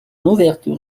ouverture